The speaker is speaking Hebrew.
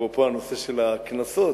אפרופו הנושא של הקנסות,